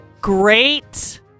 Great